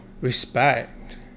respect